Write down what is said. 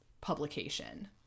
publication